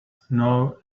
know